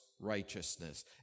righteousness